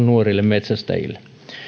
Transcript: nuorille metsästäjille